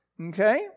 okay